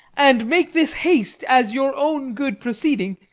and make this haste as your own good proceeding,